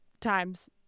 times